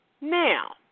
now